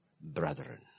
brethren